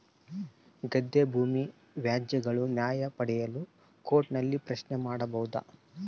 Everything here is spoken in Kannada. ಗದ್ದೆ ಭೂಮಿ ವ್ಯಾಜ್ಯಗಳ ನ್ಯಾಯ ಪಡೆಯಲು ಕೋರ್ಟ್ ನಲ್ಲಿ ಪ್ರಶ್ನೆ ಮಾಡಬಹುದಾ?